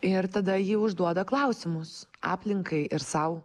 ir tada ji užduoda klausimus aplinkai ir sau